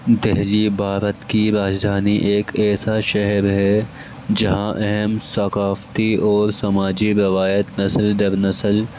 دلی بھارت کی راجدھانی ایک ایسا شہر ہے جہاں اہم ثقافتی اور سماجی روایت نسل در نسل